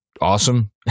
awesome